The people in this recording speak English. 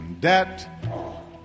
debt